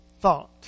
thought